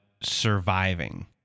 surviving